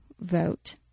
vote